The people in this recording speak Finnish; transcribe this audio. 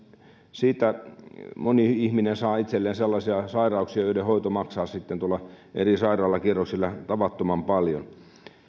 siitä moni ihminen saa itselleen sellaisia sairauksia joiden hoito maksaa sitten tuolla eri sairaalakierroksilla tavattoman paljon